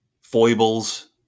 foibles